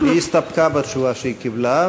היא הסתפקה בתשובה שהיא קיבלה,